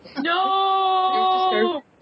No